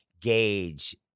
gauge